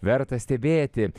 verta stebėti